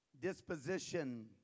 disposition